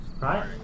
right